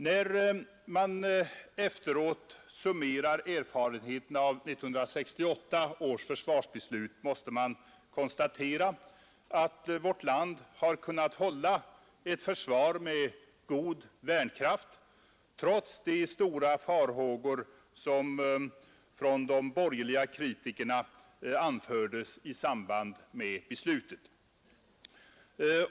När man efteråt summerar erfarenheterna av 1968 års försvarsbeslut måste man konstatera, att vårt land har kunnat hålla ett försvar med god värnkraft trots de stora farhågor som från de borgerliga kritikerna anfördes i samband med beslutet.